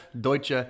Deutsche